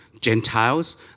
Gentiles